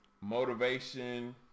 motivation